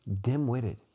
Dim-witted